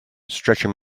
stretching